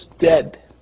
dead